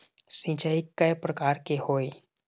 सिचाई कय प्रकार के होये?